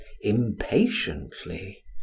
impatiently